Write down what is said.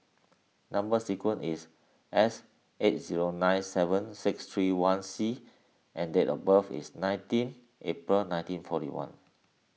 Number Sequence is S eight zero nine seven six three one C and date of birth is nineteen April nineteen forty one